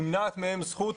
נמנעת מהם זכות